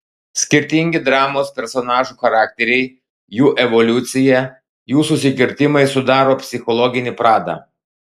skirtingi dramos personažų charakteriai jų evoliucija jų susikirtimai sudaro psichologinį pradą